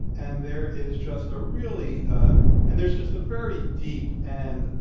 and there is just a really ah and there's just a very deep and,